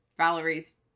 Valerie's